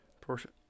Portion